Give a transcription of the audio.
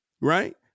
right